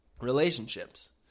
relationships